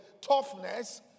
toughness